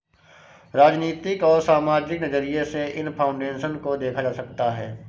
राजनीतिक और सामाजिक नज़रिये से इन फाउन्डेशन को देखा जा सकता है